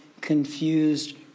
confused